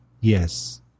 Yes